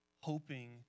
hoping